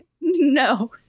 No